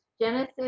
Genesis